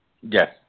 Yes